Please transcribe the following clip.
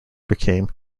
became